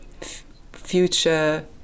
future